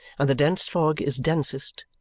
and the dense fog is densest,